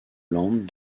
land